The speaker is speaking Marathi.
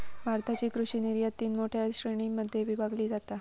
भारताची कृषि निर्यात तीन मोठ्या श्रेणीं मध्ये विभागली जाता